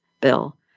bill